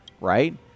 right